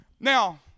Now